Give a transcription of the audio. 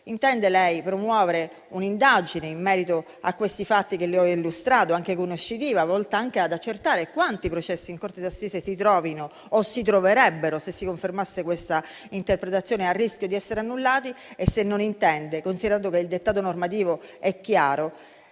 intende lei promuovere un'indagine in merito ai fatti che le ho illustrato, anche conoscitiva, volta ad accertare quanti processi in corte d'assise si trovino o si troverebbero, se si confermasse questa interpretazione, a rischio di essere annullati? Vorrei sapere inoltre se non intende, considerando che il dettato normativo è chiaro,